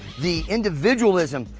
the individualism,